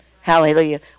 Hallelujah